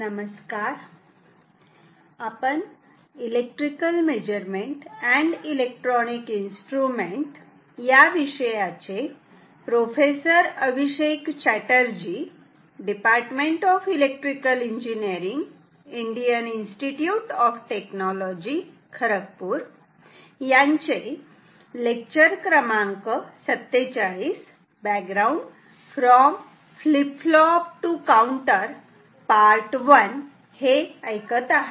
background from flip flop to counter I आपले स्वागत आहे